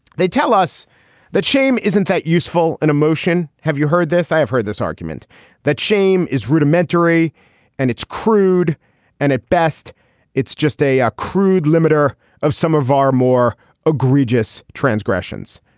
they tell us that shame isn't that useful an emotion. have you heard this i have heard this argument that shame is rudimentary and it's crude and at best it's just a ah crude limiter of some of our more egregious transgressions.